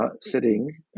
sitting